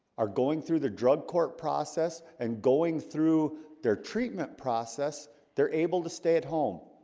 are going through the drug court process and going through their treatment process they're able to stay at home